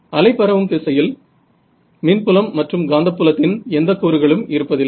அலை பரவும் திசையில் மின்புலம் மற்றும் காந்தப்புலத்தின் எந்தக் கூறுகளும் இருப்பதில்லை